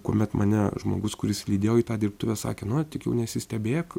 kuomet mane žmogus kuris lydėjo į tą dirbtuvę sakė na tik jau nesistebėk